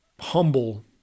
humble